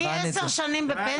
מעשר שנים בפנסיה.